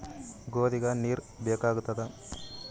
ಗೋಧಿಗ ನೀರ್ ಬೇಕಾಗತದ?